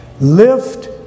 Lift